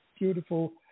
beautiful